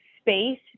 space